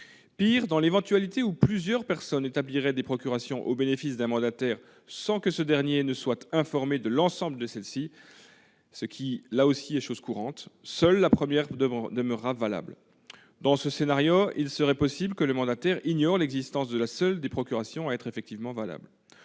encore, dans l'éventualité où plusieurs personnes établiraient des procurations au bénéfice d'un seul mandataire sans que ce dernier soit informé de l'ensemble de celles-ci, ce qui est également chose courante, seule la première demeurera valable. Dans ce scénario, il serait possible que le mandataire ignore l'existence de l'unique procuration qui soit effectivement valable.